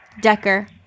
decker